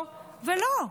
לא ולא.